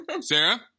Sarah